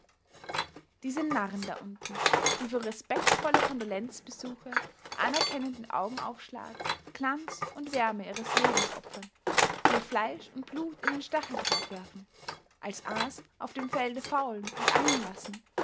diese narren da unten die für respektsvolle kondolenzbesuche anerkennenden augenaufschlag glanz und wärme ihres lebens opfern ihr fleisch und blut in den stacheldraht werfen als aas auf dem felde faulen und angeln lassen